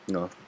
No